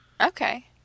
Okay